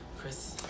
Chris